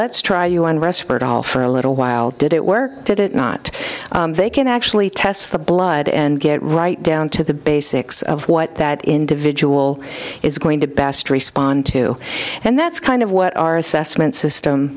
let's try you on westword all for a little while did it work did it not they can actually test the blood and get right down to the basics of what that individual is going to best respond to and that's kind of what our assessment system